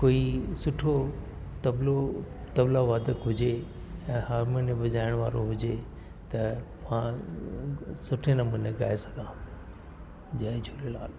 कोई सुठो तबलो तबला वादक हुजे ऐं हारमोनियम वॼाइणु वारो हुजे त मां सुठे नमूने ॻाए सघां जय झूलेलाल